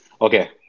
Okay